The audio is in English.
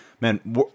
Man